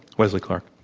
wesley clark.